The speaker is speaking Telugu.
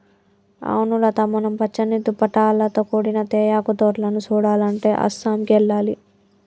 అవును లత మనం పచ్చని దుప్పటాలతో కూడిన తేయాకు తోటలను సుడాలంటే అస్సాంకి ఎల్లాలి